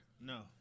No